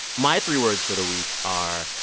my three words for the week are,